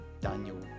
Daniel